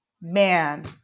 man